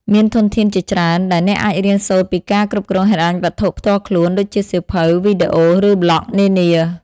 មានធនធានជាច្រើនដែលអ្នកអាចរៀនសូត្រពីការគ្រប់គ្រងហិរញ្ញវត្ថុផ្ទាល់ខ្លួន ដូចជាសៀវភៅ វីដេអូ ឬប្លក់នានា។